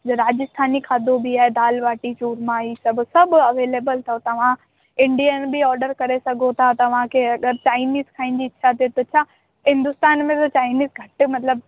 राजस्थानी खाधो बि आहे दाल बाटी चूरमां ई सभु सभु अवेलेबल अथव तव्हां इंडिअन बि ऑडर करे सघो था तव्हांखे अगरि चाइनीज़ खाइण जी इच्छा थिए त छा हिन्दुस्तान में त चाइनीज़ घटि मतलबु